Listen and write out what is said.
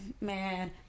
man